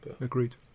agreed